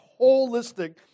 holistic